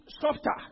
softer